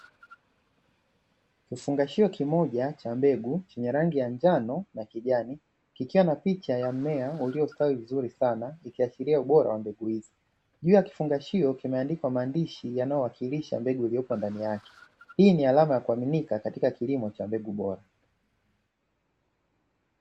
Kifungashio kimoja cha mbegu chenye rangi ya njano na kijani, kikiwa na picha ya mmea uliostawi vizuri sana ikiashiria ubora wa mbegu hiyo, juu ya kifungashio kimeandikwa maandishi yanaonesha mbegu iliyopo ndani yake. Hii ni alama ya kuaminika katika mbegu bora.